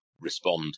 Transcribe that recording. respond